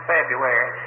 February